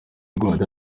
rwanda